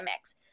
mix